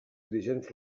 dirigents